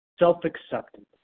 self-acceptance